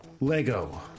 Lego